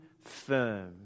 firm